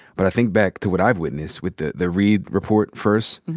but i think back to what i've witnessed with the the reid report first.